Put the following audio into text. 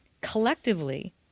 Collectively